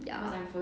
ya